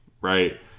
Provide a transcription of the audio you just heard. right